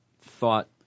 thought